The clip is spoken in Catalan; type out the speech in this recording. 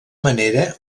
manera